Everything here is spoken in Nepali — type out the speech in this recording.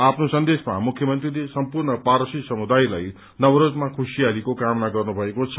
आफ्नो सन्देशमा मुख्यमन्त्रीले सम्पूर्ण पारसी समुदायलाई नवरोजमा खुशियालीको कामना गर्नु भएको छ